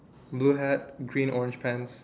blue hat green orange pants